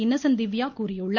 Innocent Divya கூறியுள்ளார்